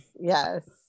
yes